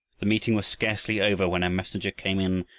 the meeting was scarcely over when a messenger came in,